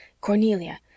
cornelia